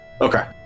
Okay